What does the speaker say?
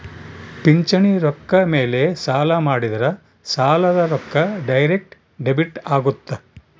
ಪಿಂಚಣಿ ರೊಕ್ಕ ಮೇಲೆ ಸಾಲ ಮಾಡಿದ್ರಾ ಸಾಲದ ರೊಕ್ಕ ಡೈರೆಕ್ಟ್ ಡೆಬಿಟ್ ಅಗುತ್ತ